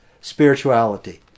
spirituality